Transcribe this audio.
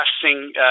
testing